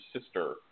sister